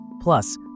Plus